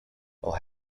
well